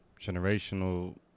generational